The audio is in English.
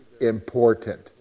important